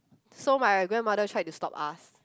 so my grandmother try to stop us